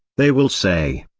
they will say,